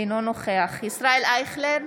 אינו נוכח ישראל אייכלר,